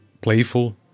playful